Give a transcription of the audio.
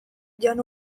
jan